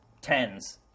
tens